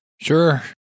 Sure